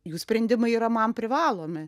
jų sprendimai yra man privalomi